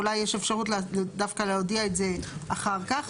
אולי יש אפשרות דווקא להודיע את זה אחר כך.